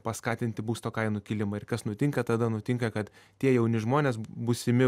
paskatinti būsto kainų kilimą ir kas nutinka tada nutinka kad tie jauni žmonės būsimi